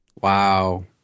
wow